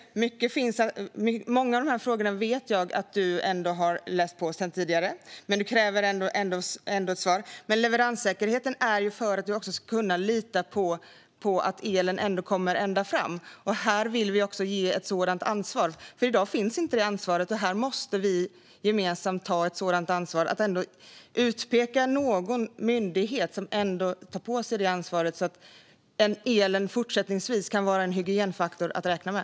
Jag vet att du sedan tidigare har läst på när det gäller många av dessa frågor, men du kräver ändå ett svar. Leveranssäkerheten handlar ju om att man ska kunna lita på att elen kommer ända fram. Vi vill ge ett sådant ansvar, för i dag finns inte det ansvaret. Här måste vi gemensamt ta ett ansvar och peka ut någon myndighet som ska ta på sig det ansvaret, så att elen fortsättningsvis kan vara en hygienfaktor att räkna med.